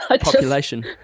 population